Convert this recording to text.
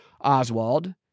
Oswald